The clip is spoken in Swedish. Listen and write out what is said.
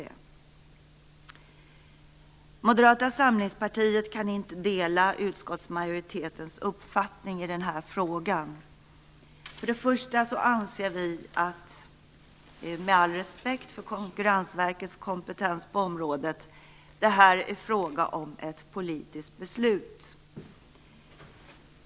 Vi i Moderata samlingspartiet kan inte dela utskottsmajoritetens uppfattning i den här frågan. Först och främst anser vi, med all respekt för Konkurrensverkets kompetens på området, att det här är fråga om ett politiskt beslut.